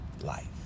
life